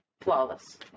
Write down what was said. flawless